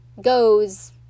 goes